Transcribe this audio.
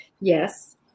Yes